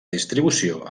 distribució